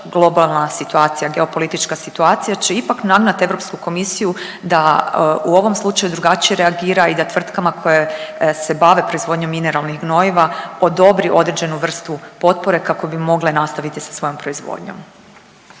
globalna situacija, geopolitička situacije će ipak nagnat Europsku komisiju da u ovom slučaju drugačije reagira i da tvrtkama koje se bave proizvodnjom mineralnih gnojiva odobri određenu vrstu potpore kako bi mogle nastaviti sa svojom proizvodnjom.